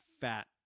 fat